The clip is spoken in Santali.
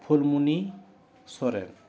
ᱯᱷᱩᱞᱢᱩᱱᱤ ᱥᱚᱨᱮᱱ